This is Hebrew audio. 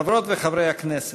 חברות וחברי הכנסת,